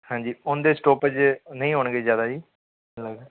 ਹਾਂਜੀ ਉਹਦੇ ਸਟੋਪੇਜ ਨਹੀਂ ਹੋਣਗੇ ਜ਼ਿਆਦਾ ਜੀ